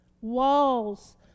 walls